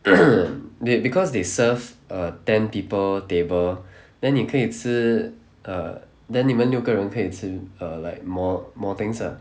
be~ because they serve err ten people table then 你可以吃 err then 你们六个人可以吃 err like more more things ah